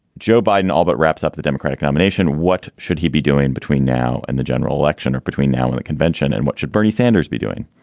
joe biden, all that but wraps up the democratic nomination. what should he be doing between now and the general election or between now and the convention? and what should bernie sanders be doing?